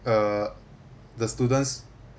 uh the students